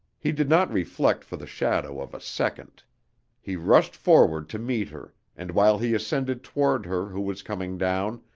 he did not reflect for the shadow of a second he rushed forward to meet her and while he ascended toward her who was coming down,